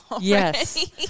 yes